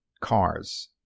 cars